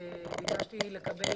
כאשר במקרה זה ביקשתי לקבל